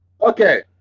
Okay